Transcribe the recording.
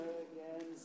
again